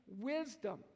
wisdom